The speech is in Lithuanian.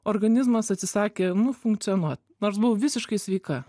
organizmas atsisakė nu funkcionuot nors buvau visiškai sveika